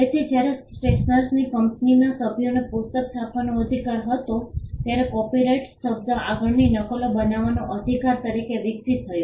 તેથી જ્યારે સ્ટેશનરની કંપનીના સભ્યોને પુસ્તક છાપવાનો અધિકાર હતો ત્યારે કોપીરાઈટ શબ્દ આગળની નકલો બનાવવાનો અધિકાર તરીકે વિકસિત થયો